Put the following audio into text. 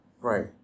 Right